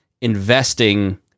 investing